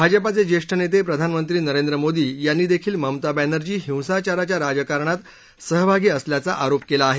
भाजपाचे ज्येष्ठ नेते आणि प्रधानमंत्री नरेंद्र मोदी यांनी देखील ममता बेंनर्जी हिसाचाराच्या राजकारणात सहभागी असल्याचा आरोप केला आहे